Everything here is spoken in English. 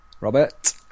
Robert